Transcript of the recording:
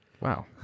Wow